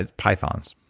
ah pythons.